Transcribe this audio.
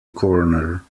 corner